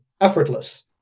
effortless